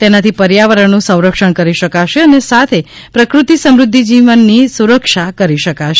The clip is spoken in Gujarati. તેનાથી પર્યાવરણનું સંરક્ષણ કરી શકાશે અને સાથે પ્રકૃતિ સમૃદ્ધિ જીવની સુરક્ષા કરી શકાશે